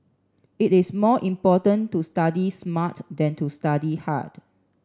it is more important to study smart than to study hard